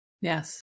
Yes